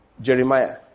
Jeremiah